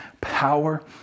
power